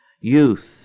Youth